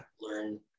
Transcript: learn